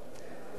אה, יש פתרון.